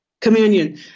Communion